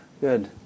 Good